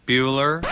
Bueller